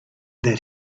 that